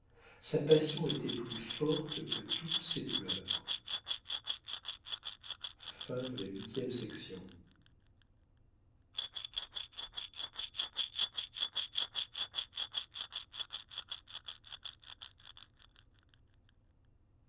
sa passion était plus forte que toutes ses douleurs